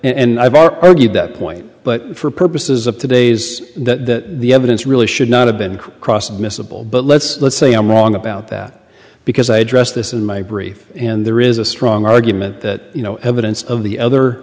and i've argued that point but for a purpose as of today's that the evidence really should not have been cross admissible but let's let's say i'm wrong about that because i addressed this in my brief and there is a strong argument that you know evidence of the other